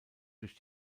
durch